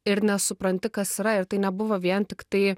ir nesupranti kas yra ir tai nebuvo vien tiktai